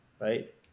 right